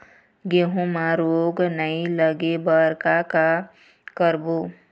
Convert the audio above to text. गेहूं म रोग नई लागे बर का का करबो?